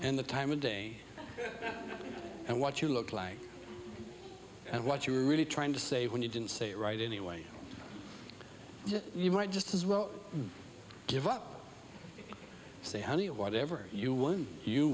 and the time of day and what you look like and what you're really trying to say when you didn't say it right anyway so you might just as well give up say honey whatever you won you